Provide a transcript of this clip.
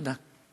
תודה.